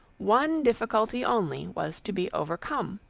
one difficulty only was to be overcome.